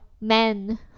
men